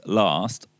last